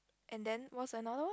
and then what's another